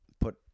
put